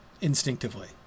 instinctively